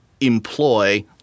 employ